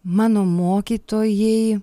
mano mokytojai